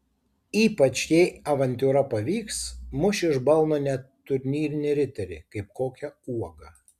ypač jei avantiūra pavyks muš iš balno net turnyrinį riterį kaip kokią uogą